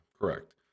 Correct